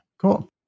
Cool